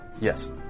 Yes